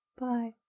Bye